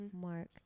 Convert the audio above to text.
mark